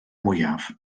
mwyaf